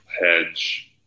hedge